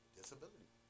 disability